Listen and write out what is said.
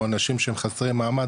או אנשים שהם חסרי מעמד,